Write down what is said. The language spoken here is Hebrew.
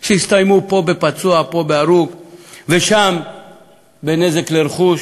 שהסתיימו בפצוע פה, בהרוג פה, ושם בנזק לרכוש,